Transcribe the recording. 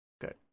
Good